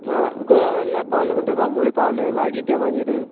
ना गोवा व्हेल्ल्या पावले म्हणटगीर बांबोळी पावले लागीं ते मागीर